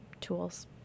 tools